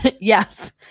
yes